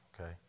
okay